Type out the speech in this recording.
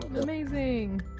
Amazing